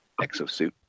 exosuit